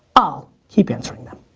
i'll keep answering them.